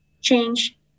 change